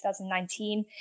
2019